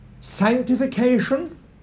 Sanctification